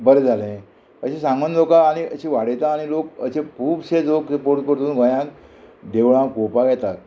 बरें जालें अशें सांगोन लोकां आनी अशें वाडयता आनी लोक अशे खुबशे लोक परतू परतून गोंयांत देवळां पोवपाक येतात